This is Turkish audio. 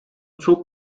çok